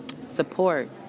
Support